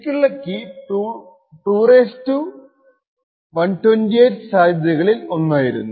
ശരിക്കുള്ള കീ 2 128 സാധ്യതകളിൽ ഒന്നായിരുന്നു